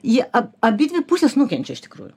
jie a abidvi pusės nukenčia iš tikrųjų